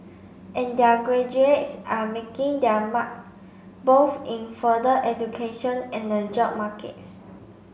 and their graduates are making their mark both in further education and the job markets